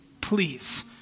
please